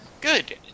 good